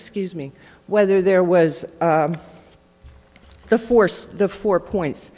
excuse me whether there was the force the four points